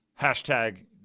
Hashtag